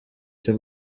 cyo